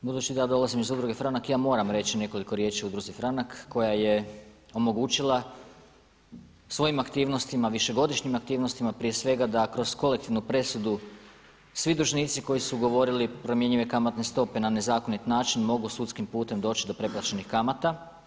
Budući da ja dolazim iz Udruge Franak ja moram reći nekoliko riječi o Udruzi Franak koja je omogućila svojim aktivnostima, višegodišnjim aktivnostima prije svega da kroz kolektivnu presudu svi dužnici koji su govorili promjenjive kamatne stope na nezakonit način mogu sudskim putem doći do preplaćenih kamata.